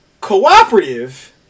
cooperative